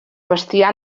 bestiar